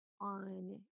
on